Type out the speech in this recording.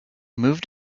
moved